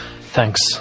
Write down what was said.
Thanks